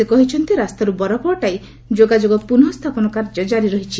ସେ କହିଛନ୍ତି ରାସ୍ତାରୁ ବରଫ ହଟାଇ ଯୋଗାଯୋଗ ପୁନଃ ସ୍ଥାପନ କାର୍ଯ୍ୟ କାରି ରହିଛି